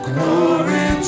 Glory